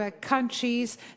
countries